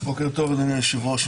בוקר טוב אדוני היושב ראש,